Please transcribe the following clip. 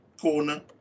corner